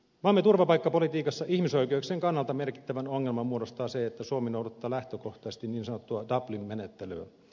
maamme turvapaikkapolitiikassa ihmisoikeuksien kannalta merkittävän ongelman muodostaa se että suomi noudattaa lähtökohtaisesti niin sanottua dublin menettelyä